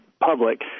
public